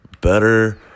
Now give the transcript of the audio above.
better